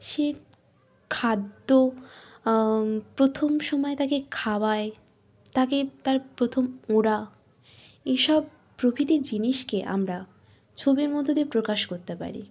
সে খাদ্য প্রথম সময় তাকে খাওয়ায় তাকে তার প্রথম ওড়া এসব প্রভৃতি জিনিসকে আমরা ছবির মধ্য দিয়ে প্রকাশ করতে পারি